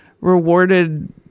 rewarded